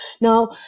Now